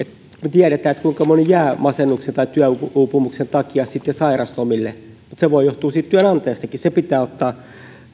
me tiedämme kuinka moni jää masennuksen tai työuupumuksen takia sitten sairauslomille mutta se voi johtua siitä työnantajastakin se pitää ottaa